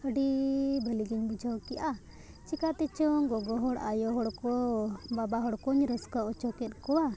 ᱟᱹᱰᱤ ᱵᱷᱟᱹᱞᱤᱜᱤᱧ ᱵᱩᱡᱷᱟᱹᱣ ᱠᱮᱜᱼᱟ ᱪᱤᱠᱟᱹ ᱛᱮᱪᱚᱝ ᱜᱚᱜᱚ ᱦᱚᱲ ᱟᱭᱳ ᱦᱚᱲ ᱠᱚ ᱵᱟᱵᱟ ᱦᱚᱲ ᱠᱚᱧ ᱨᱟᱹᱥᱠᱟᱹ ᱦᱚᱪᱚ ᱠᱮᱫ ᱠᱚᱣᱟ